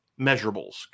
measurables